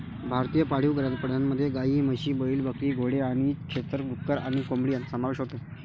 भारतीय पाळीव प्राण्यांमध्ये गायी, म्हशी, बैल, बकरी, घोडे आणि खेचर, डुक्कर आणि कोंबडी यांचा समावेश होतो